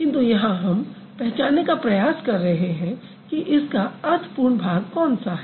किन्तु यहाँ हम पहचानने का प्रयास कर रहे हैं कि इसका अर्थ पूर्ण भाग कौन सा है